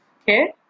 Okay